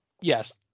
yes